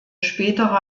spätere